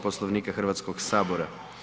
Poslovnika Hrvatskog sabora.